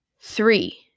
three